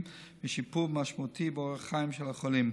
ושיפור משמעותי באורח החיים של החולים.